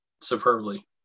superbly